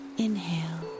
inhale